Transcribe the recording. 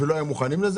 אך לא היו מוכנים לזה.